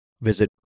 visit